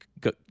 go